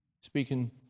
speaking